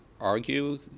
argue